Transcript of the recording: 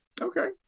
Okay